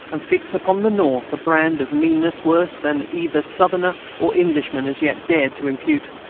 and fix upon the north a brand of meanness worse than either southerner or englishman has yet dared to impute.